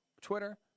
Twitter